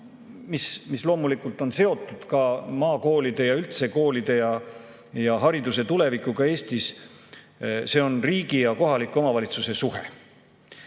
mis on loomulikult seotud ka maakoolide ja üldse koolide ja hariduse tulevikuga Eestis. See on riigi ja kohaliku omavalitsuse suhe.